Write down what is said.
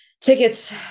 Tickets